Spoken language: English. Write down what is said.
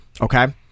Okay